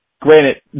granted